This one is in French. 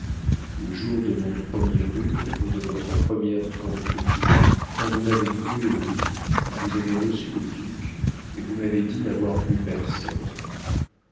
le jour de mon premier rhume et de votre première tromperie quand vous m'avez cru au lit vous avez reçu le duc et vous m'avez dit n'avoir vu personne